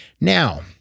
Now